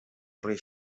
rei